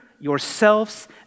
yourselves